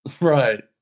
Right